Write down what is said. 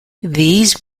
these